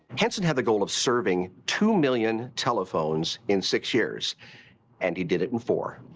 henson had the goal of serving two million telephones in six years and he did it in four.